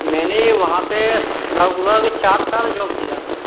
मैंने वहाँ पर लगभग चार साल जॉब किया था